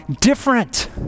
different